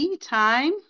time